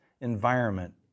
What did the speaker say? environment